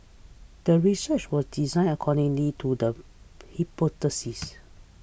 the research was designed accordingly to the hypothesis